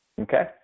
Okay